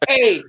Hey